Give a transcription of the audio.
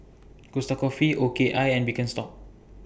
Costa Coffee O K I and Birkenstock